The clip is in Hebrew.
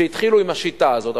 כשהתחילו עם השיטה הזאת.